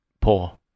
Poor